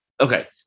Okay